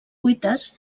cuites